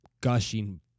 gushing